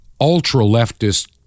ultra-leftist